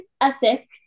ethic